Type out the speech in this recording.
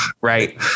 Right